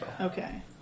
Okay